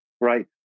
right